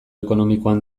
ekonomikoan